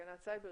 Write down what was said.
הגנת סייבר,